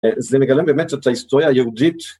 זה מגלם באמת שאת ההיסטוריה היהודית...